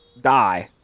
die